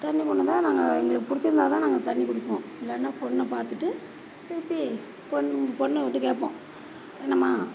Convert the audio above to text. தண்ணி கொண்டு வந்தால் நாங்கள் எங்களுக்கு பிடிச்சிருந்தா தான் நாங்கள் தண்ணி குடிப்போம் இல்லைன்னா பொண்ணை பார்த்துட்டு திருப்பி பெண் பெண்ணை விட்டு கேட்போம் என்னம்மா